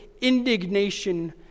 indignation